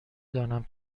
دانم